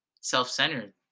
self-centered